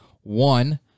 One